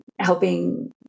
helping